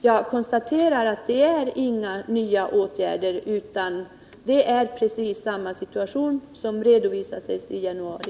Jag konstaterar att det inte är aktuellt med några nya åtgärder utan att situationen är precis densamma som i januari.